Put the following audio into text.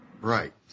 Right